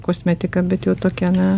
kosmetika bet jau tokia na